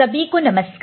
सभी को नमस्कार